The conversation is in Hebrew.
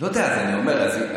אני אומר,